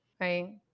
Right